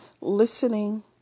listening